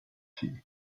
tea